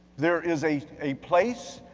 there is a a place,